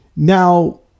Now